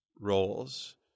roles